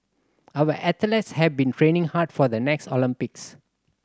our athletes have been training hard for the next Olympics